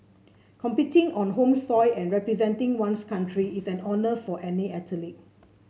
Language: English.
competing on home soil and representing one's country is an honour for any athlete